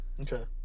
Okay